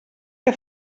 que